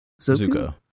zuko